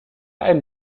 einem